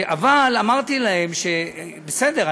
אבל אמרתי להם: בסדר,